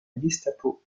gestapo